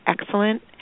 excellent